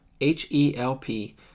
H-E-L-P